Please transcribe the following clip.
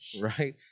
right